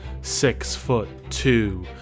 six-foot-two